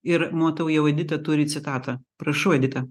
ir matau jau edita turi citatą prašau edita